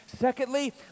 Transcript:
Secondly